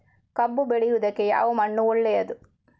ಕಬ್ಬು ಬೆಳೆಯುವುದಕ್ಕೆ ಯಾವ ಮಣ್ಣು ಒಳ್ಳೆಯದು?